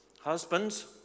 Husbands